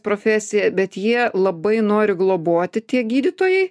profesija bet jie labai nori globoti tie gydytojai